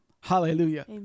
Hallelujah